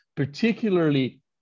particularly